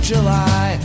July